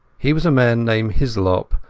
he was a man named hislop,